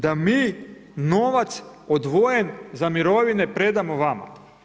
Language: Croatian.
Da mi novac, odvojen za mirovine predamo vama.